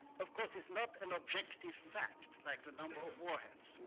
of course, is not an objective fact, like the number of warheads.